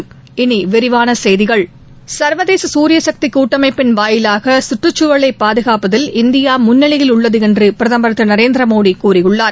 இனி விரிவான செய்திகள் சர்வதேச சூரிய சக்தி கூட்டமைப்பின் வாயிலாக சுற்றுச்சூழலை பாதுகாப்பதில் இந்தியா முன்னிலையில் உள்ளது என்று பிரதமர் திரு நரேந்திர மோடி கூறியுள்ளார்